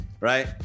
right